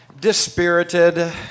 dispirited